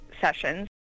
sessions